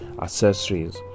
accessories